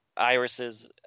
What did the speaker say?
irises